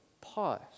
pause